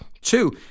Two